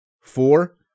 Four